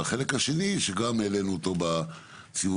החלק השני שגם העלינו אותו בסיבובים